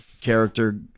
character